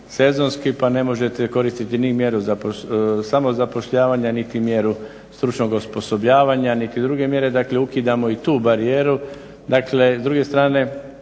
sezonski pa ne možete koristiti ni mjeru samozapošljavanja niti mjeru stručnog osposobljavanja niti druge mjere, dakle ukidamo i tu barijeru. Dakle s druge strane